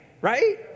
Right